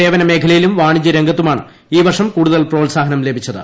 സേവന മേഖലയിലും വാണിജ്യ രംഗത്തുമാണ് ഈ വർഷം കൂടുതൽ പ്രോത്സാഹനം ലഭിച്ചത്